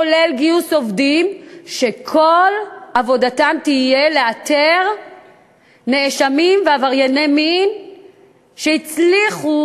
כולל גיוס עובדים שכל עבודתם תהיה לאתר נאשמים ועברייני מין שהצליחו